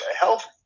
health